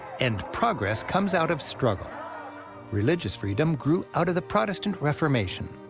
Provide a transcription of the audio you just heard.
and progress comes out of struggle religious freedom grew out of the protestant reformation,